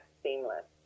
seamless